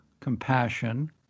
compassion